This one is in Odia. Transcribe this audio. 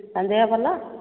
ତାଙ୍କ ଦେହ ଭଲ